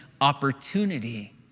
opportunity